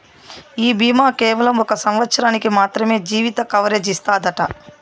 ఈ బీమా కేవలం ఒక సంవత్సరానికి మాత్రమే జీవిత కవరేజ్ ఇస్తాదట